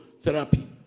therapy